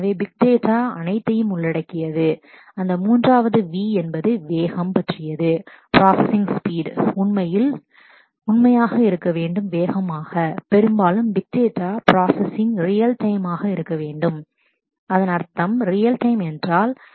எனவே big data big data அனைத்தையும் உள்ளடக்கியது அந்த மூன்றாவது V என்பது வேகம் speed பற்றியது பிராஸஸிங் ஸ்பீட் processing speed உண்மையில் உண்மையாக இருக்க வேண்டும் வேகமான பெரும்பாலும் big data processing real time real time ஆக இருக்க வேண்டும் என்று அர்த்தம் ரியல் டைம் என்றாள் என்ன